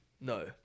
No